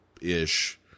ish